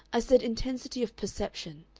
i said intensity of perception.